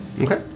Okay